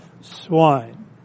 swine